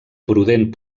prudent